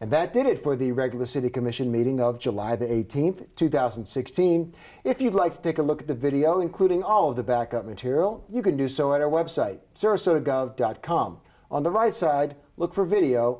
and that did it for the regular city commission meeting of july the eighteenth two thousand and sixteen if you'd like to take a look at the video including all of the backup material you can do so at our website www dot com on the right side look for video